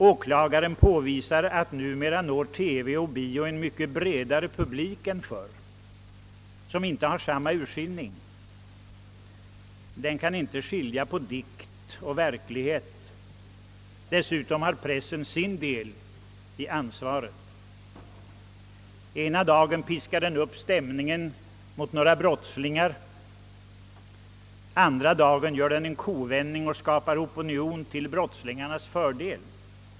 Åklagaren påvisar att TV och bio numera når en mycket bredare publik än förr, en publik som inte har samma förmåga till urskiljning. Den kan inte skilja på dikt och verklighet. Dessutom har pressen sin del i ansvaret. Ena dagen piskar den upp stämningen mot några brottslingar, andra dagen gör den en kovändning och skapar opinion till brottslingarnas fördel.